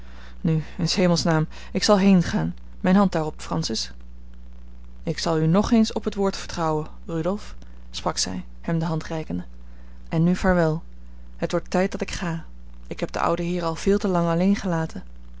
nu in s hemels naam ik zal heengaan mijne hand daarop francis ik zal u ng eens op het woord vertrouwen rudolf sprak zij hem de hand reikende en nu vaarwel het wordt tijd dat ik ga ik heb de oude heeren al veel te lang alleen gelaten